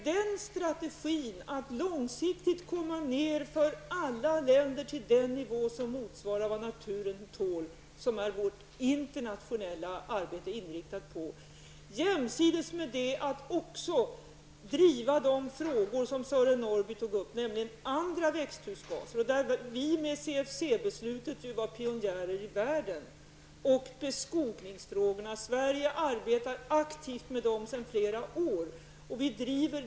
Det är strategin att långsiktigt i alla länder komma ned på den nivå som motsvarar vad naturen tål som vårt internationella arbete är inriktat på. Jämsides därmed vill vi driva de frågor som Sören Norrby berörde, nämligen andra växthuskrav -- där vi med CFC-beslutet var pionjärer i världen -- och beskogningsfrågorna. Sverige arbetar aktivt med dem sedan flera år tillbaka.